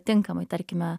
tinkamai tarkime